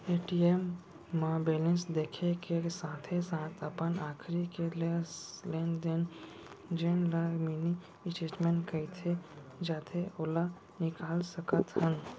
ATM म balance देखे के साथे साथ अपन आखरी के दस लेन देन जेन ल मिनी स्टेटमेंट कहे जाथे ओला निकाल सकत हन